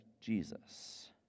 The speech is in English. Jesus